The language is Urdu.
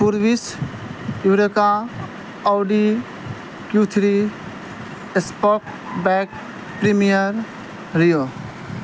Porus Eureka Audi Q three sportback premier Rio